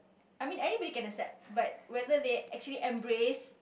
I mean anybody can accept but whether they actually embrace